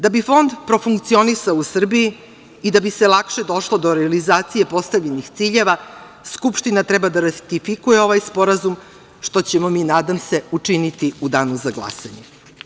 Da bi Fond profunkcionisao u Srbiji i da bi se lakše došlo do realizacije postavljenih ciljeva, Skupština treba da ratifikuje ovaj sporazum, što ćemo mi, nadam se, učiniti u danu za glasanje.